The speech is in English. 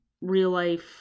real-life